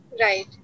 Right